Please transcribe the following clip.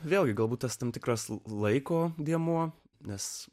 vėlgi galbūt tas tam tikras laiko dėmuo nes